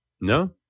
No